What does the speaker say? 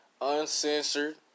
uncensored